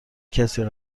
کسی